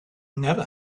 never